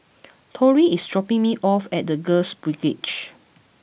Tory is dropping me off at The Girls Brigade